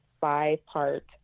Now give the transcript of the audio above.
five-part